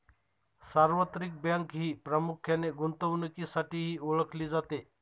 सार्वत्रिक बँक ही प्रामुख्याने गुंतवणुकीसाठीही ओळखली जाते